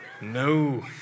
No